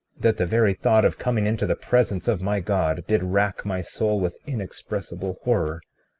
that the very thought of coming into the presence of my god did rack my soul with inexpressible horror.